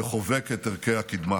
שחובק את ערכי הקדמה.